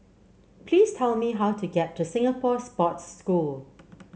please tell me how to get to Singapore Sports School